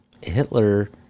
Hitler